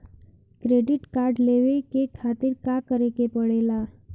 Credit card लेवे के खातिर का करेके पड़ेला?